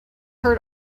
heard